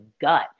gut